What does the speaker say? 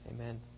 Amen